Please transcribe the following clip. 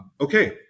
Okay